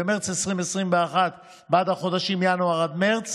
במרץ 2021 בעד החודשים ינואר עד מרץ,